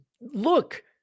look